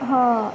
હા